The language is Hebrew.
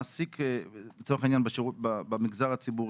מעסיק למשל במגזר הציבורי,